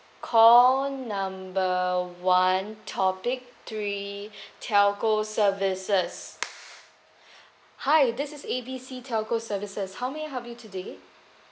call number one topic three telco services hi this is A B C telco services how may I help you today